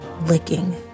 licking